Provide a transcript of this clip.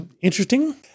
interesting